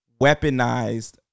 weaponized